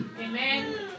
Amen